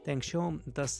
tai anksčiau tas